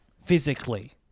physically